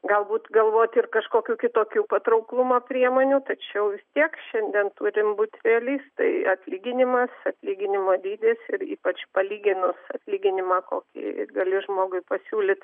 galbūt galvoti ir kažkokių kitokių patrauklumo priemonių tačiau vis tiek šiandien turim būti realistai atlginimas atlyginimo dydis ir ypač palyginus atlyginimą kokį gali žmogui pasiūlyt